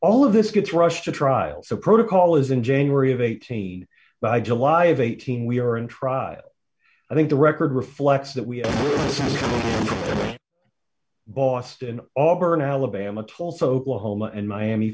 all of this gets rushed to trial the protocol is in january of eighteen by july of eighteen we are in trial i think the record reflects that we have boston auburn alabama twelve focal home and miami